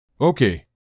Okay